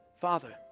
Father